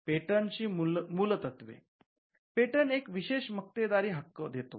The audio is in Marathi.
पेटंट्सची मूलतत्वे पेटंट एक विशेष मक्तेदारी हक्क देतो